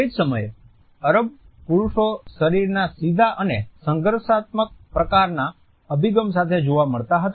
તે જ સમયે અરબ પુરુષો શરીરના સીધા અને સંઘર્ષાત્મક પ્રકારના અભિગમ સાથે જોવા મળતા હતા